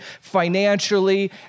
financially